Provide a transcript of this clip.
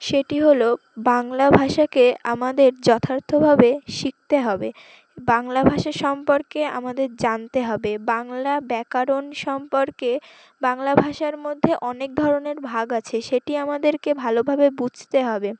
সেটি হল বাংলা ভাষাকে আমাদের যথার্থভাবে শিখতে হবে বাংলা ভাষা সম্পর্কে আমাদের জানতে হবে বাংলা ব্যাকরণ সম্পর্কে বাংলা ভাষার মধ্যে অনেক ধরনের ভাগ আছে সেটি আমাদেরকে ভালোভাবে বুঝতে হবে